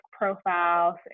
profiles